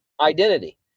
identity